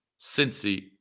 Cincy